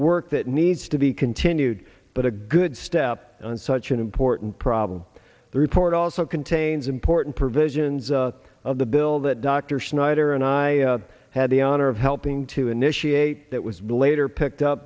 work that needs to be continued but a good step on such an important problem the report also contains important provisions of the bill that dr schneider and i had the honor of helping to initiate that was later picked up